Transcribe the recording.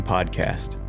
Podcast